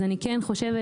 אז אני כן חושבת,